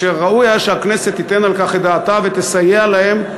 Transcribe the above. וראוי היה שהכנסת תיתן על כך את דעתה ותסייע להן.